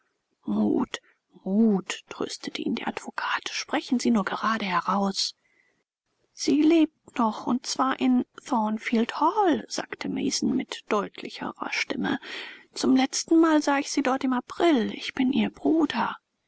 mut mut tröstete ihn der advokat sprechen sie nur gerade heraus sie lebt noch und zwar in thornfield hall sagte mason mit deutlicherer stimme zum letztenmal sah ich sie dort im april ich bin ihr bruder